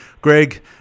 Greg